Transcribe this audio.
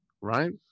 Right